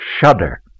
shudder